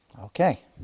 Okay